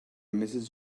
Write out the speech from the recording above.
mrs